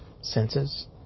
senses